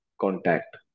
contact